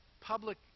public